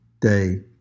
day